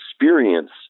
experience